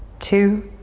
two,